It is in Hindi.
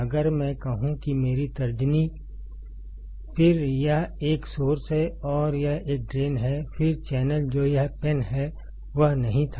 अगर मैं कहूँ कि मेरी तर्जनी फिर यह एक सोर्स है और यह एक ड्रेन है फिर चैनल जो यह पेन है वह नहीं था